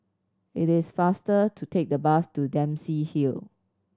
it is faster to take the bus to Dempsey Hill